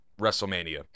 WrestleMania